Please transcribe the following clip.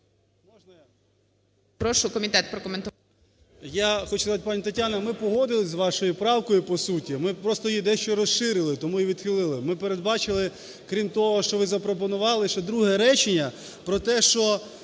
Я хочу сказати, пані Тетяно, ми погодилися з вашою правкою по суті, ми просто її дещо розширили, тому і відхилили. Ми передбачили, крім того, що ви запропонували, ще друге речення про те, що